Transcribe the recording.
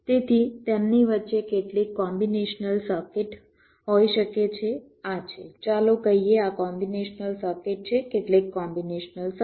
તેથી તેમની વચ્ચે કેટલીક કોમ્બિનેશનલ સર્કિટ હોઈ શકે છે આ છે ચાલો કહીએ આ કોમ્બિનેશનલ સર્કિટ છે કેટલીક કોમ્બિનેશનલ સર્કિટ